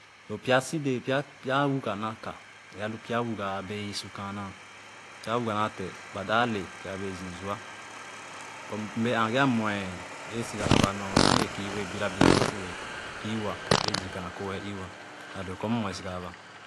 Loo pya si dee pya wuga na ka nor alu pya wuga a bee ii su kaana pya wuga na te ba dap le kere a bee zii zua mbee ããge amue ee siga aba nor sor i wee kii ue a bira bira loo uè ü-wa eezii ka na koh ee ü-wa a doo kor m mue siga aba.